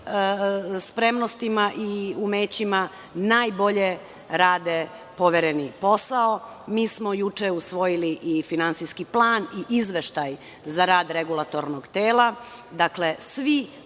spremnostima i umećima najbolje rade povereni posao. Mi smo juče usvojili i Finansijski plan i Izveštaj za rad regulatornog tela. Dakle, svi